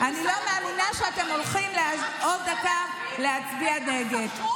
אני לא מאמינה שאתם הולכים עוד דקה להצביע נגד.